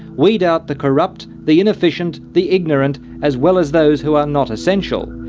weed out the corrupt, the inefficient, the ignorant, as well as those who are not essential.